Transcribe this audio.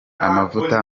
amavuta